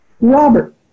Robert